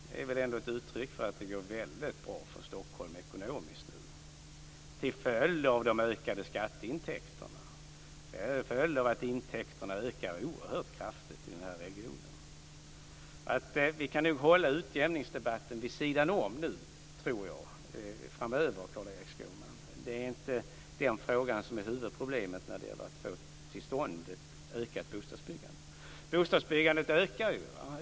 Det är väl ändå ett uttryck för att det nu går väldigt bra för Stockholm ekonomiskt till följd av de ökade skatteintäkterna. Det är en följd av att intäkterna ökar oerhört kraftigt i den här regionen. Vi kan då framöver hålla utjämningsdebatten vid sidan om, tror jag, Carl-Erik Skårman. Det är inte den frågan som är huvudproblemet när det gäller att få till stånd ett ökat bostadsbyggande. Bostadsbyggandet ökar ju.